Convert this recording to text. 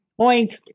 Point